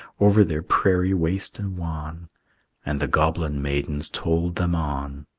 over their prairie waste and wan and the goblin maidens tolled them on.